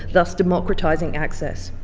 thus democratizing access.